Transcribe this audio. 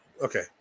Okay